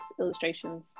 illustrations